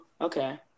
okay